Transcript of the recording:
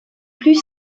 plus